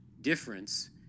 difference